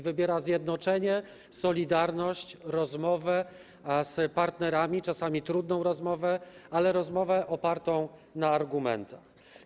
Wybiera zjednoczenie, solidarność, rozmowę z partnerami, czasami trudną rozmowę, ale rozmowę opartą na argumentach.